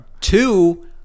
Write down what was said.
Two